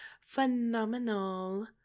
phenomenal